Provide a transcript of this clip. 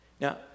Now